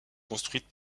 construite